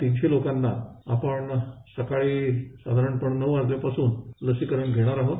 तीनशे लोकांना आपण सकाळी साधारणपणे नऊ वाजल्यापासून लसीकरण घेणार आहोत